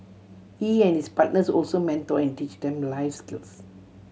he and his partners also mentor and teach them life skills